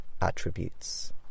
attributes